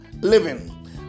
living